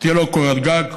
שתהיה לו קורת גג,